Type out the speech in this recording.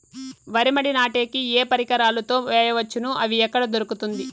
వరి మడి నాటే కి ఏ పరికరాలు తో వేయవచ్చును అవి ఎక్కడ దొరుకుతుంది?